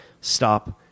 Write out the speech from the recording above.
stop